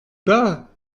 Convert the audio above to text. pas